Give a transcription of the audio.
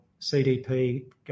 CDP